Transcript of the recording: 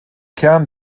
kern